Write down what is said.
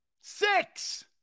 Six